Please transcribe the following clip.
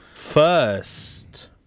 First